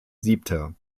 siebter